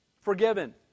Forgiven